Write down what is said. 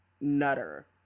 nutter